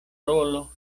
rolo